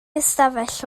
ystafell